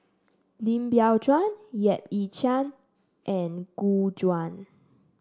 Lim Biow Chuan Yap Ee Chian and Gu Juan